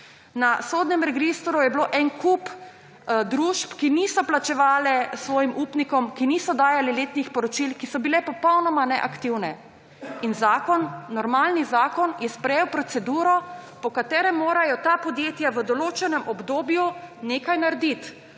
Na sodnem registru je bil en kup družb, ki niso plačevale svojim upnikom, ki niso dajale letnih poročil, ki so bile popolnoma neaktivne. In normalni zakon je sprejel proceduro, po katerem morajo ta podjetja v določenem obdobju nekaj narediti: